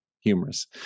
humorous